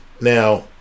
Now